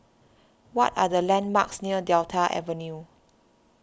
what are the landmarks near Delta Avenue